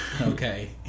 okay